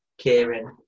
Kieran